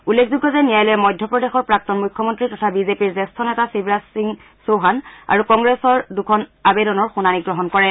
উল্লেখযোগ্য যে ন্যায়ালয়ে মধ্যপ্ৰদেশৰ প্ৰাক্তন মুখ্যমন্ত্ৰী তথা বিজেপিৰ জ্যেষ্ঠ নেতা শিৱৰাজ সিং চৌহান আৰু কংগ্ৰেছৰ দুখন আৱেদনৰ শুনানি গ্ৰহণ কৰি আছে